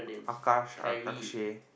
Ahkah Ahkrashe